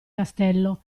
castello